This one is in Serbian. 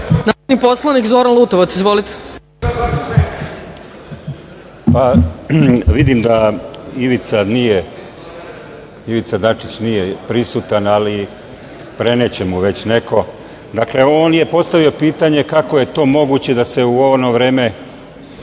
narodni poslanik Zoran Lutovac. Izvolite. **Zoran Lutovac** Vidim da Ivica Dačić nije prisutan, ali preneće mu već neko. Dakle, on je postavio pitanje kako je to moguće da se u ono vreme